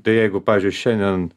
tai jeigu pavyzdžiui šiandien